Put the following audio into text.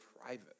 private